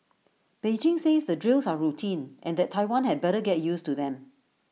Beijing says the drills are routine and that Taiwan had better get used to them